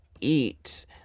eat